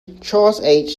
charles